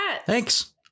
thanks